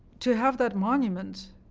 to have that monument